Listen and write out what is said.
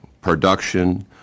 production